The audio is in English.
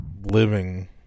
living